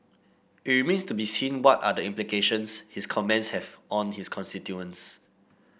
it remains to be seen what are the implications his comments have on his constituents